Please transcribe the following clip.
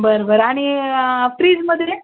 बरं बरं आणि फ्रीजमध्ये